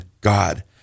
God